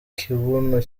ikibuno